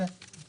ועם